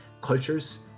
cultures